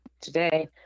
today